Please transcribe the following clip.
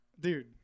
Dude